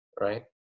right